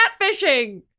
catfishing